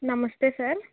నమస్తే సార్